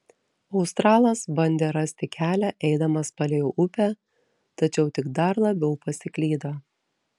australas bandė rasti kelią eidamas palei upę tačiau tik dar labiau pasiklydo